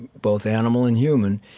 both animal and human,